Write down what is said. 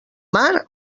mar